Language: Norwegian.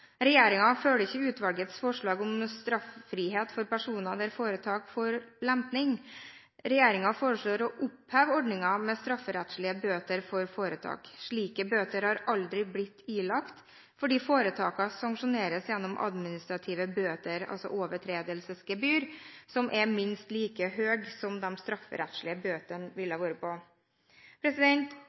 følger ikke utvalgets forslag om straffrihet for personer der foretak får lempning. Regjeringen foreslår å oppheve ordningen med strafferettslige bøter for foretak. Slike bøter har aldri blitt ilagt, fordi foretakene sanksjoneres gjennom administrative bøter – overtredelsesgebyr – som er minst like høye som de strafferettslige bøtene ville ha vært.